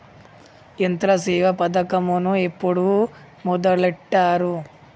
యంత్రసేవ పథకమును ఎప్పుడు మొదలెట్టారు?